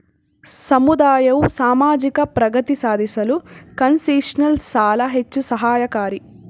ಸಮುದಾಯವು ಸಾಮಾಜಿಕ ಪ್ರಗತಿ ಸಾಧಿಸಲು ಕನ್ಸೆಷನಲ್ ಸಾಲ ಹೆಚ್ಚು ಸಹಾಯಕಾರಿ